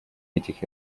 этих